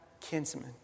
kinsman